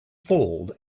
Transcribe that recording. fold